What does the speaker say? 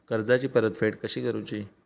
कर्जाची परतफेड कशी करुची?